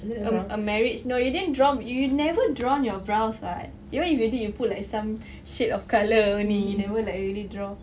a a marriage no you didn't draw you never drawn your brows [what] even if you did you put like some shade of colour only you never like really draw